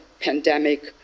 pandemic